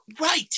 Right